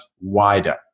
wider